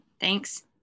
Thanks